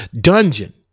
dungeon